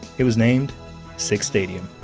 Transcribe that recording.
it was named sick stadium.